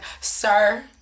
sir